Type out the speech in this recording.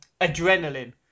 adrenaline